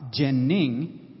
jenning